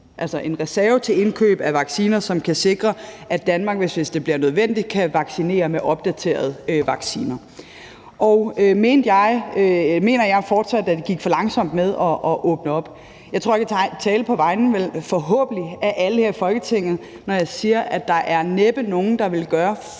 altså en reserve til indkøb af vacciner, som kan sikre, at Danmark, hvis det bliver nødvendigt, kan vaccinere med opdaterede vacciner. Mener jeg fortsat, at det gik for langsomt med at åbne op? Jeg tror, at jeg vel kan tale på vegne af – forhåbentlig – alle her i Folketinget, når jeg siger, at der næppe er nogen, der ville gøre